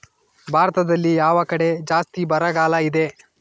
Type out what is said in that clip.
ಭಾರತದಲ್ಲಿ ಯಾವ ಕಡೆ ಜಾಸ್ತಿ ಬರಗಾಲ ಇದೆ?